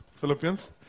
philippians